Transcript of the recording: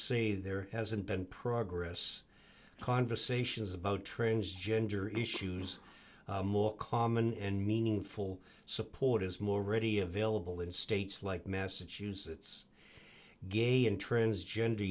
say there hasn't been progress conversations about transgender issues more common and meaningful support is more already available in states like massachusetts gay and transgender